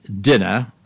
dinner